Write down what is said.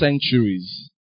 centuries